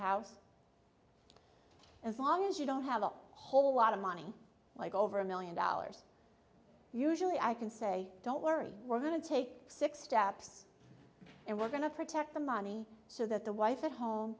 house as long as you don't have a whole lot of money like over a million dollars usually i can say don't worry we're going to take six steps and we're going to protect the money so that the wife at home